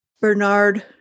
Bernard